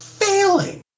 Failing